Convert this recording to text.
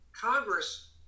Congress